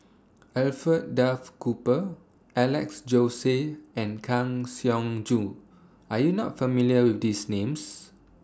Alfred Duff Cooper Alex Josey and Kang Siong Joo Are YOU not familiar with These Names